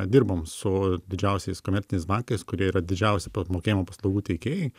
dirbam su didžiausiais komerciniais bankais kurie yra didžiausi apmokėjimo paslaugų teikėjai